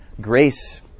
Grace